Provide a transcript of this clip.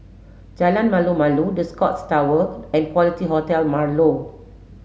Jalan Malu Malu The Scotts Tower and Quality Hotel Marlow